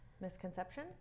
misconception